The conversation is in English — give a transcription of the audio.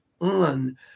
on